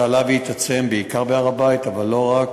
זה עלה והתעצם, בעיקר בהר-הבית, אבל לא רק.